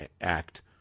act